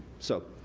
so,